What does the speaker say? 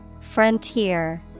Frontier